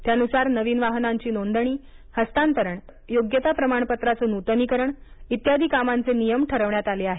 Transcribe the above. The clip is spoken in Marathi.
त्यानुसार नवीन वाहनांची नोंदणी हस्तांतरण योग्यता प्रमाणपत्राचं नुतनीकरण इत्यादि कामांचे नियम ठरवण्यात आले आहेत